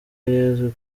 yesu